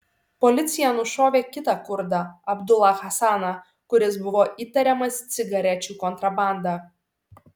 policija nušovė kitą kurdą abdulą hasaną kuris buvo įtariamas cigarečių kontrabanda